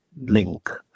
link